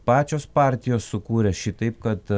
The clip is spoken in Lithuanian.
pačios partijos sukūrė šitaip kad